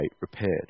repaired